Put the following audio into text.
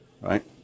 right